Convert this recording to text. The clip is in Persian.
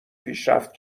پیشرفت